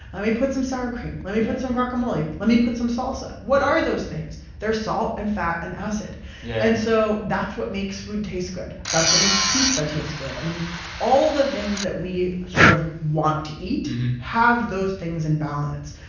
let me put some sour cream yeah let me put some guacamole. let me put some salsa yeah what are those things? they're salt and fat and acid yeah and so that's what makes food taste good. that's what makes pizza taste good. and all the things that we sort of want to eat have those things in balance.